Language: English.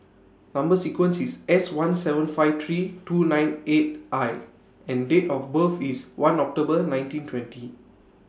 Number sequence IS S one seven five three two nine eight I and Date of birth IS one October nineteen twenty